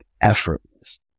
effortless